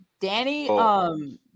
Danny